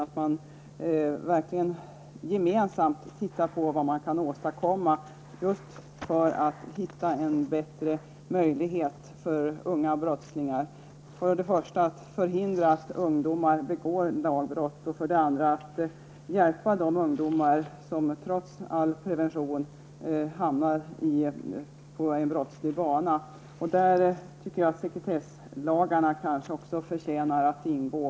Man måste verkligen gemensamt se över vad man kan åstadkomma just för att finna en bättre möjlighet att när det gäller unga brottslingar först och främst förhindra att de begår lagbrott och att sedan hjälpa de ungdomar som trots all prevention hamnar på en brottslig bana. Där tycker jag att också sekretesslagarna förtjänar att ingå.